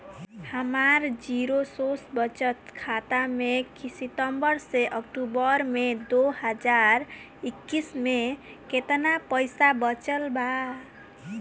हमार जीरो शेष बचत खाता में सितंबर से अक्तूबर में दो हज़ार इक्कीस में केतना पइसा बचल बा?